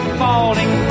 falling